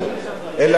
אלא להיפך,